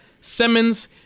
Simmons